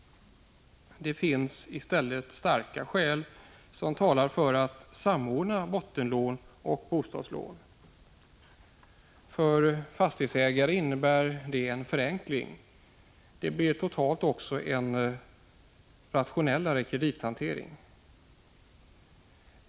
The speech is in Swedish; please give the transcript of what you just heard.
Det finns starka skäl som talar för att samordna bottenlån och bostadslån. För fastighetsägarna innebär det en förenkling. Det blir totalt sett också en rationellare kredithantering.